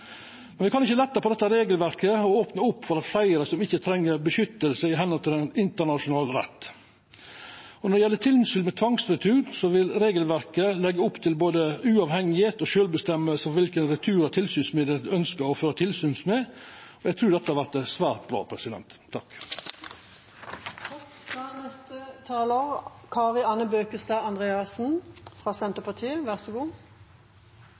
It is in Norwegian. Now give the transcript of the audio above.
kan ikkje letta på dette regelverket og opna opp for fleire som ikkje treng beskyttelse etter internasjonal rett. Når det gjeld tilsyn med tvangsretur, vil regelverket leggja opp til både uavhengigheit og med rett til sjølv å bestemma kva retur tilsynsmyndigheita ønskjer å føra tilsyn med. Eg trur dette vert svært bra.